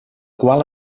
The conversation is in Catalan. qual